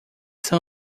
são